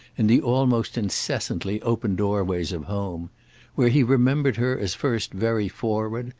in the almost incessantly open doorways of home where he remembered her as first very forward,